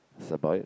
that's about it